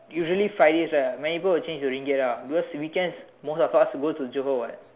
usually Fridays right many people will change to Ringgit ah because weekends most of us go to Johor [what]